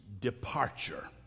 departure